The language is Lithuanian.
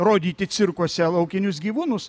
rodyti cirkuose laukinius gyvūnus